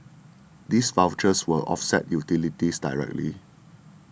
these vouchers will offset utilities directly